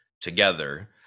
together